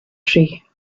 tree